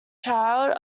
child